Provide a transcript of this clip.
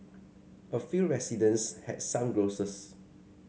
a few residents had some grouses